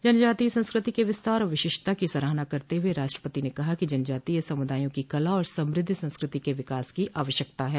जनजातीय संस्कृति के विस्तार और विशिष्टता की सराहना करते हुए राष्ट्रपति ने कहा कि जनजातीय समुदायों की कला और समुद्ध संस्कृति के विकास की आवश्यकता है